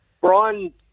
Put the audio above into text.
Brian